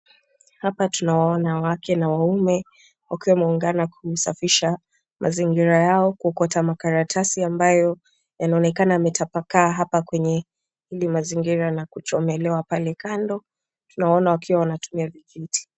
Hapa tunawaona wake na wanaume wakiwa wameungana kusafisha mazingira yao kuokota makaratasi ambayo yanaonekana yametapakaa hapa kwenye hili mazingira na kuchomelewa pale kando, tunawaona wakiwa wanatumia vijiti.